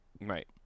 right